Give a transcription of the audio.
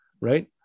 right